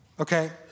Okay